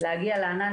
להגיע לענן,